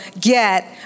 get